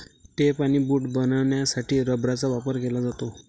tape आणि boot बनवण्यासाठी रबराचा वापर केला जातो